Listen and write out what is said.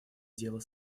дела